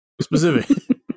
specific